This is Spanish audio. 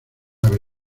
ave